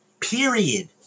period